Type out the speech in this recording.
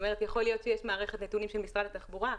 יכול להיות שיש מערכת נתונים של משרד התחבורה,